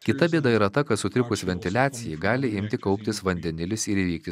kita bėda yra ta kad sutrikus ventiliacijai gali imti kauptis vandenilis ir įvykti